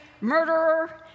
murderer